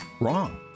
wrong